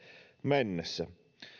mennessä